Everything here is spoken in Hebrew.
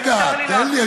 רגע, תן לי.